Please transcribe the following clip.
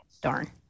Darn